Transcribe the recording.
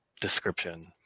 description